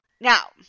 Now